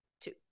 two